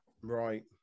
Right